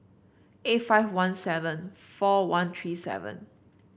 eight five one seven four one three seven